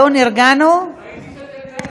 אתה, לביטול